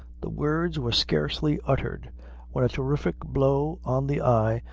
the words were scarcely uttered when a terrific blow on the eye,